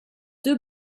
deux